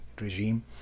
regime